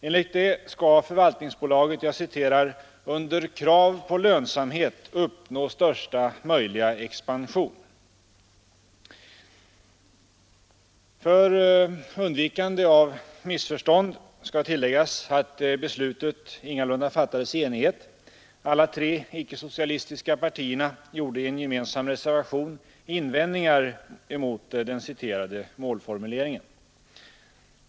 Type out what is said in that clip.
Enligt detta skall förvaltningsbolaget ”under krav på lönsamhet uppnå största möjliga expansion”. För undvikande av missförstånd skall tilläggas att beslutet ingalunda fattades i enighet. Alla tre icke-socialistiska partierna gjorde i en gemensam reservation invändningar mot den citerade målformuleringen.